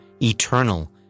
eternal